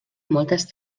moltes